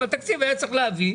אבל תקציב היה צריך להביא,